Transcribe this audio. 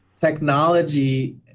technology